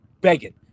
begging